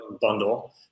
bundle